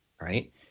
right